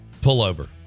pullover